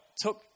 took